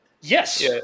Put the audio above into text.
Yes